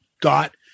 got